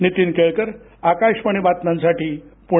नीतीन केळकर आकाशवाणी बातम्यांसाठी पुणे